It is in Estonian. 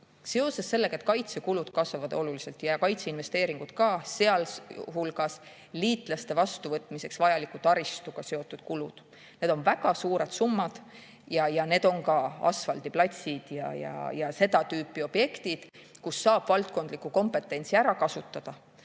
seoses sellega, et kaitsekulud kasvavad oluliselt ja kaitseinvesteeringud ka, sealhulgas liitlaste vastuvõtmiseks vajaliku taristuga seotud kulud, väga suured summad. Seal on ka asfaldiplatsid ja seda tüüpi objektid, kus saab valdkondlikku kompetentsi ära kasutada.